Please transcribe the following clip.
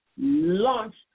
launched